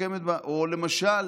למשל